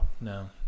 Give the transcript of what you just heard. No